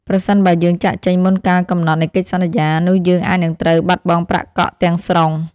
ប្រសិនបើយើងចាកចេញមុនកាលកំណត់នៃកិច្ចសន្យា នោះយើងអាចនឹងត្រូវបាត់បង់ប្រាក់កក់ទាំងស្រុង។